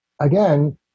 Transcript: again